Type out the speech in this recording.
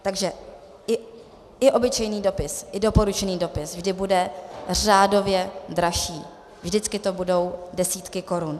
Takže i obyčejný dopis i doporučený dopis vždy bude řádově dražší, vždycky to budou desítky korun.